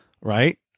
Right